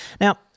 Now